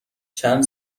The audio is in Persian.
چند